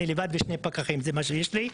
אני לבד עם עוד שני פקחים, זה מה שיש לי.